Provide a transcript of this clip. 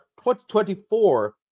2024